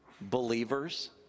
believers